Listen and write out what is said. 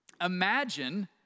imagine